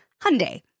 Hyundai